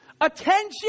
attention